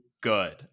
good